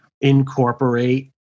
incorporate